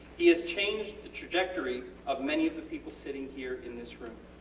he has changed the trajectory of many of the people sitting here in this room.